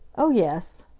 oh, yes,